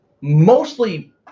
mostly